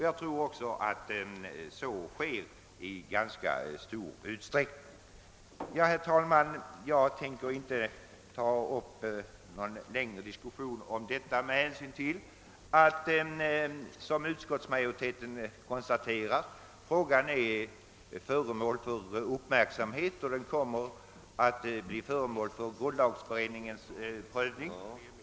Jag tror ock så att så sker i ganska stor utsträckning. Herr talman! Jag har inte tänkt ta upp någon längre diskussion om detta med hänsyn till att, som utskottsmajoriteten konstaterar, frågan är uppmärksammad och kommer att bli föremål för grundlagberedningens prövning.